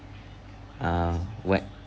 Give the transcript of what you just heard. uh what